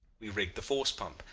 we rigged the force pump,